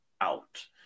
out